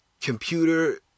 computer